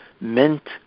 meant